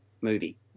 movie